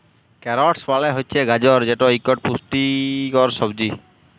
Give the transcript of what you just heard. carrots মালে হছে গাজর যেট ইকট পুষ্টিকর সবজি